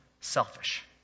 selfish